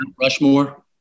Rushmore